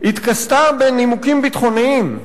התכסתה בנימוקים ביטחוניים.